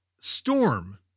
storm